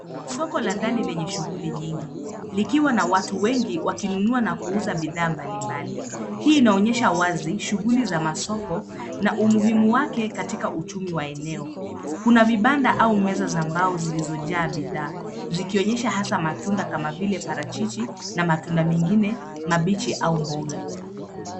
Soko la ndani lenye shughuli nyingi likiwa na watu wengi wakinunua na kuuza bidhaa mbalimbali. Hii inaonyesha wazi, shughuli za masoko na umuhimu wake katika uchumi wa eneo. Kuna vibanda au meza za mbao zilizojaa bidhaa zikionyesha hasa matunda kama vile parachichi na matunda mengine mabichi au mboga.